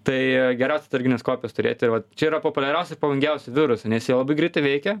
tai geriausia atsargines kopijas turėti ir vat čia yra populiaria ir pavojingiausia biuruose nes jie labai greitai veikia